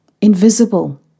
invisible